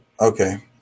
Okay